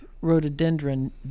rhododendron